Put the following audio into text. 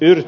eli